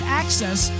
access